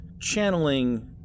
channeling